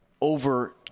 over